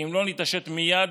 ואם לא נתעשת מייד,